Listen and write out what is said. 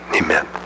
Amen